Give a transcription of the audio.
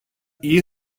iyi